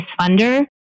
funder